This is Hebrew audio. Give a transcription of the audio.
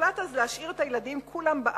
והוחלט אז להשאיר את הילדים כולם בארץ.